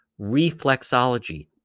reflexology